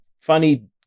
funny